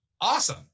awesome